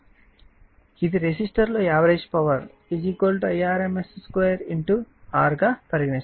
ఇది రెసిస్టర్లోని average power Irms2 R గా పరిగణిస్తాము